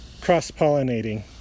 cross-pollinating